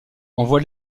envoie